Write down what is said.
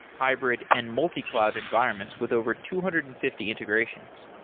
hybrid and multi-cloud environment with over two hundred and fifty integrations.